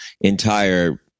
entire